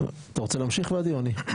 אתה רוצה להמשיך, ולדי, או אני?